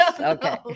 okay